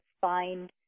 find